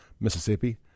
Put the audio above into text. Mississippi